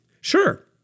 Sure